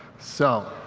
so